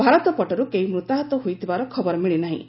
ଭାରତ ପଟରୁ କେହି ମୃତାହତ ହୋଇଥିବାର ଖବର ମିଳିନାହିଁ